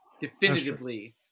definitively